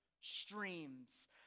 streams